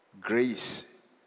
grace